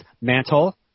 mantle